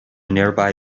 nearby